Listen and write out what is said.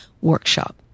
workshop